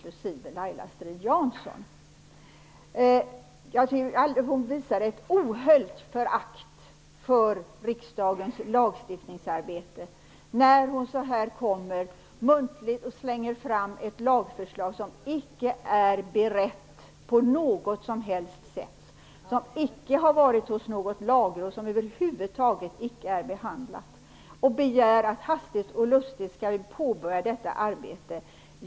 Laila Strid-Jansson visar ett ohöljt förakt för riksdagens lagstiftningsarbete när hon kommer så här och muntligen slänger fram ett lagförslag som inte är berett på något som helst sätt och som inte har varit hos något lagråd. Men hon begär att vi hastigt och lustigt skall påbörja detta arbete.